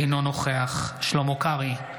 אינו נוכח שלמה קרעי,